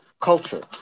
culture